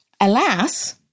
Alas